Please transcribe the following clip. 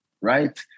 right